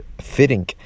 fitting